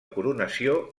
coronació